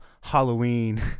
halloween